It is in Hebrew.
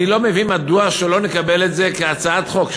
אני לא מבין מדוע שלא נקבל את זה כהצעת חוק,